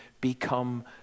become